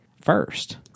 first